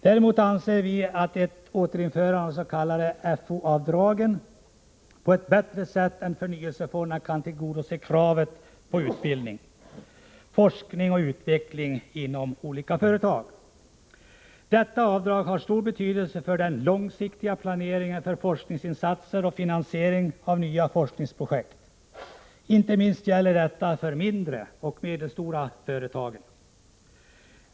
Däremot anser vi att ett återinförande av det s.k. fou-avdraget på ett bättre sätt än förnyelsefonderna kan tillgodose kravet på utbildning, forskning och utveckling inom olika företag. Detta avdrag hade stor betydelse för den långsiktiga planeringen för forskningsinsatser och finansiering av nya forskningsprojekt. Inte minst gällde detta för de mindre och medelstora företagen.